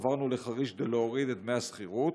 עברנו לחריש כדי להוריד את דמי השכירות,